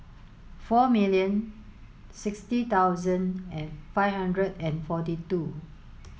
four million sixty thousand and five hundred and forty two